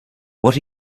what